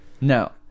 No